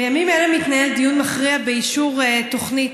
בימים אלה מתנהל דיון מכריע באישור תוכנית